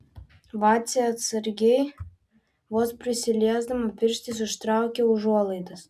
vacė atsargiai vos prisiliesdama pirštais užtraukia užuolaidas